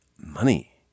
Money